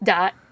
Dot